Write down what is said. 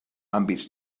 àmbits